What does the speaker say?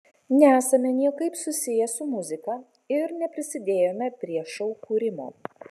nesame niekaip susiję su muzika ir neprisidėjome prie šou kūrimo